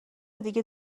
دیگه